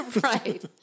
Right